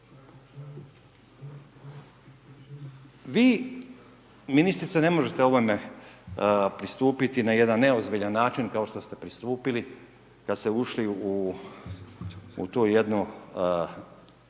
Vi ministrice ovo ne pristupiti na jedan neozbiljan način kao što ste pristupili kada ste ušli u tu jednu